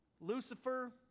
Lucifer